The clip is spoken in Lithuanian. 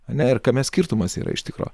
a ne ir kame skirtumas yra iš tikro